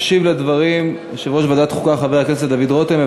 ישיב על הדברים יושב-ראש ועדת חוקה דוד רותם.